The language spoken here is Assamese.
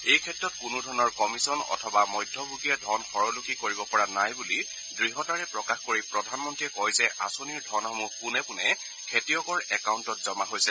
এই ক্ষেত্ৰত কোনো ধৰণৰ কমিচন অথবা মধ্যভোগীয়ে ধন হৰলুকি কৰিব পৰা নাই বুলি দৃঢ়তাৰে প্ৰকাশ কৰি প্ৰধানমন্ত্ৰীয়ে কয় যে আঁচনিৰ ধনসমূহ পোনে পোনে খেতিয়কৰ একাউণ্টত জমা হৈছে